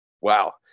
wow